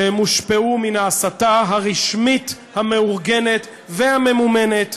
שהם הושפעו מן ההסתה הרשמית המאורגנת והממומנת